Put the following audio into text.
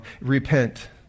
Repent